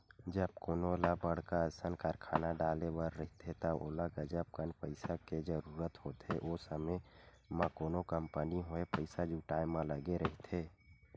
जब कोनो ल बड़का असन कारखाना डाले बर रहिथे त ओला गजब कन पइसा के जरूरत होथे, ओ समे म कोनो कंपनी होय पइसा जुटाय म लगे रहिथे